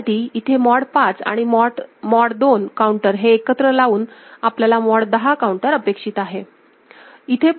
त्यासाठी इथे मॉड 5 आणि मॉड 2 काऊंटरहे एकत्र लावून आपल्याला मॉड 10 काऊंटर अपेक्षित आहे